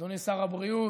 אדוני שר הבריאות,